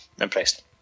impressed